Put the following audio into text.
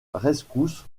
rescousse